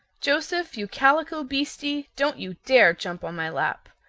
joseph, you calico beastie, don't you dare jump on my lap.